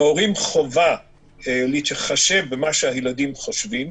על ההורים חובה להתחשב במה שהילדים חושבים,